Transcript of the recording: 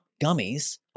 gummies